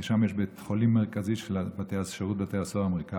כי שם יש בית חולים מרכזי של שירות בתי הסוהר האמריקאי.